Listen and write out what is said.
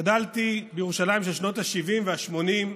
גדלתי בירושלים בשנות השבעים והשמונים.